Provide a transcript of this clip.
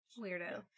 Weirdo